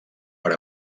per